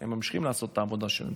והם ממשיכים לעשות את העבודה שלהם,